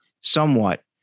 somewhat